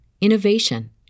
innovation